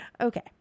Okay